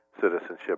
citizenship